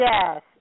Yes